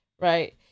Right